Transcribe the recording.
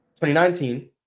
2019